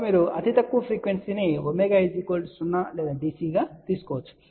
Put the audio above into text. కాబట్టి మీరు అతి తక్కువ ఫ్రీక్వెన్సీని ω 0 లేదా DC గా తీసుకోవచ్చు